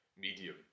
medium